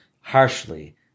harshly